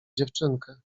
dziewczynkę